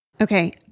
Okay